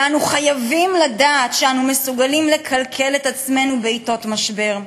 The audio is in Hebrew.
ואנו חייבים לדעת שאנו מסוגלים לכלכל את עצמנו בעתות משבר,